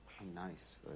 Nice